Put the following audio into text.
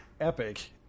epic